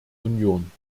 union